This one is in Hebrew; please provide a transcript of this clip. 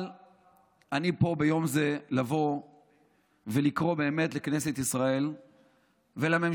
אבל אני עומד פה ביום הזה כדי לקרוא לכנסת ישראל ולממשלה